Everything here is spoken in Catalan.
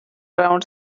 raons